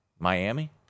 Miami